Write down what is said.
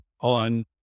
on